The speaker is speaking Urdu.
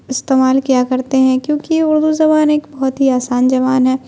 استعمال کیا کرتے ہیں کیونکہ اردو زبان ایک بہت ہی آسان زبان ہے